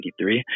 2023